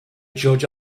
judge